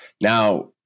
Now